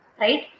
right